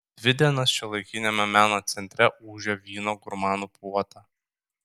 dvi dienas šiuolaikiniame meno centre ūžė vyno gurmanų puota